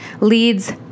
leads